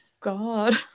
God